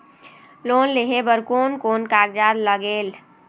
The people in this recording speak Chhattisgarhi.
लोन लेहे बर कोन कोन कागजात लागेल?